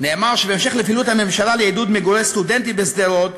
נאמר שבהמשך לפעילות הממשלה לעידוד מגורי סטודנטים בשדרות,